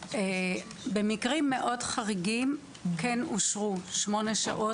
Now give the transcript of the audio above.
במקרים מאוד חריגים כן אושרו שמונה שעות,